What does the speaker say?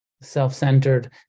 self-centered